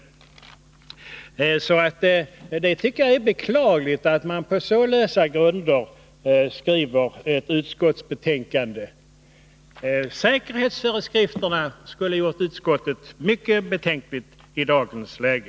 Jag tycker alltså att det är beklagligt att man på så lösa grunder skrivit utskottsbetänkandet. Tillämpningen av säkerhetsföreskrifterna borde ha gjort utskottet mycket betänksamt i dagens läge.